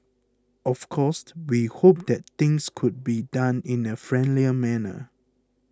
of course we hope that things could be done in a friendlier manner